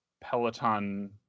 Peloton